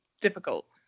difficult